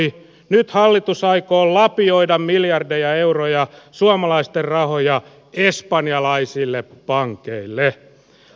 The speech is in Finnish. nyt hallitus aikoo lapioida miljardeja euroja suomalaisten rahoja espanjalaisille pankeille